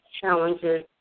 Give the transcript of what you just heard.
Challenges